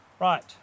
Right